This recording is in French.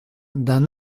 d’un